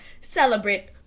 celebrate